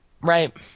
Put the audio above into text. right